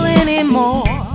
anymore